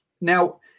Now